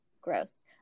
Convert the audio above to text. gross